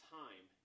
time